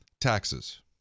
Taxes